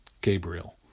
Gabriel